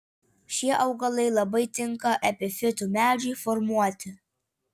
šie augalai labai tinka epifitų medžiui formuoti